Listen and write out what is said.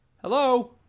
Hello